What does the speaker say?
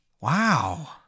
Wow